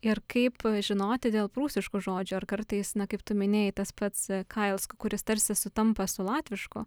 ir kaip žinoti dėl prūsiškų žodžių ar kartais na kaip tu minėjai tas pats kails kuris tarsi sutampa su latvišku